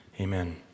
Amen